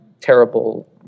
terrible